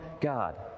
God